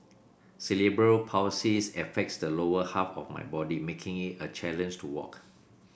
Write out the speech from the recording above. cerebral Palsys affects the lower half of my body making it a challenge to walk